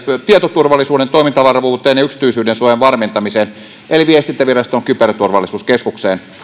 tietoturvallisuuden toimintavarmuuteen ja yksityisyydensuojan varmentamiseen eli viestintäviraston kyberturvallisuuskeskukseen